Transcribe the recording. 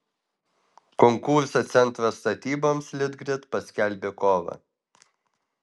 konkursą centro statyboms litgrid paskelbė kovą